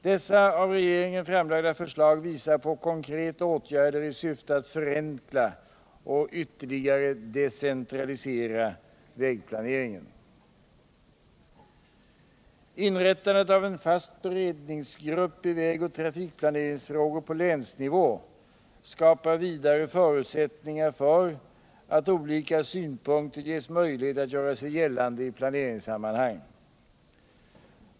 Dessa av regeringen framlagda förslag visar på konkreta åtgärder i syfte att förenkla och ytterligare decentralisera vägplaneringen. Inrättandet av en fast beredningsgrupp i vägoch trafikplaneringsfrågor på länsnivå skapar vidare förutsättningar för att olika synpunkter ges möjlighet att göra sig gällande i planeringssammanhang.